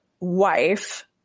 wife